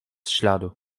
śladu